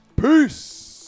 Peace